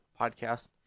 podcast